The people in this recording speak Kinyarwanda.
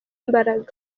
imbaraga